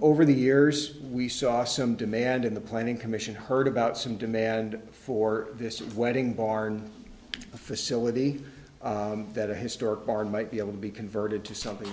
over the years we saw some demand in the planning commission heard about some demand for this wedding barn a facility that a historic barn might be able to be converted to something